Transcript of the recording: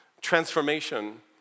transformation